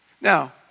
Now